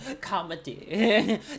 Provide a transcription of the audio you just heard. comedy